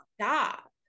stop